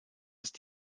ist